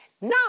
Now